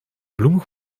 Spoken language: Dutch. bloem